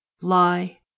lie